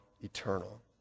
eternal